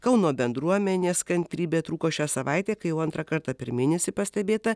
kauno bendruomenės kantrybė trūko šią savaitę kai jau antrą kartą per mėnesį pastebėta